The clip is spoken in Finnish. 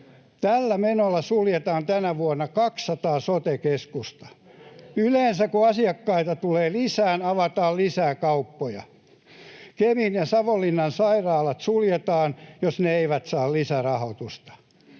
Tällä menolla suljetaan tänä vuonna 200 sote-keskusta. Yleensä, kun asiakkaita tulee lisää, avataan lisää kauppoja. Kemin ja Savonlinnan sairaalat suljetaan, jos ne eivät saa lisärahoitusta.